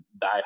die